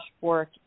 work